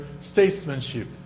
statesmanship